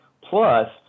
Plus